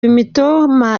imitoma